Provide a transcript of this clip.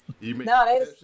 No